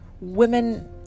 women